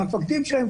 עם המפקדים שלהם,